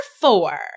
four